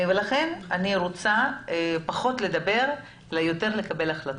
לכן אני רוצה לדבר פחות ויותר לקבל החלטות.